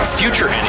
future